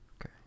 Okay